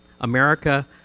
America